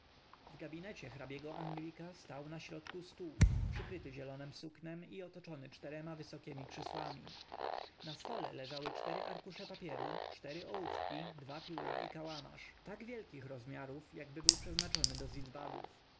w gabinecie hrabiego-anglika stał na środku stół przykryty zielonem suknem i otoczony czterema wysokiemi krzesłami na stole leżały cztery arkusze papieru cztery ołówki dwa pióra i kałamarz tak wielkich rozmiarów jakby był przeznaczony do